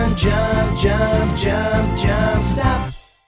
jump and jump jump. stop.